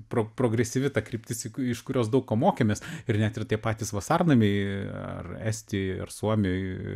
pro progresyvi ta kryptis į iš kurios daug ko mokėmės ir net ir tie patys vasarnamiai ar estijoj ar suomijoj